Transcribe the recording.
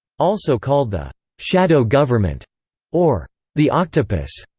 also called the shadow government or the octopus,